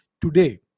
today